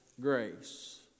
grace